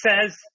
says